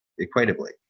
equitably